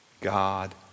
God